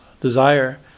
desire